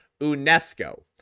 UNESCO